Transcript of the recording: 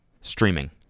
streaming